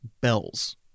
bells